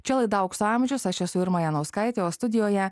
čia laida aukso amžius aš esu irma janauskaitė o studijoje